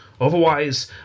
Otherwise